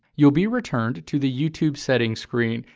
you'll be returned to the youtube settings screen,